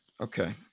Okay